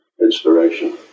inspiration